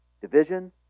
Division